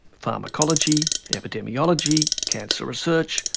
pharmacology, epidemiology, cancer research,